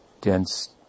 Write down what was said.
dense